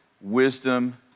wisdom